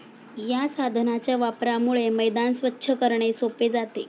या साधनाच्या वापरामुळे मैदान स्वच्छ करणे सोपे जाते